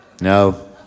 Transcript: No